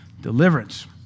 deliverance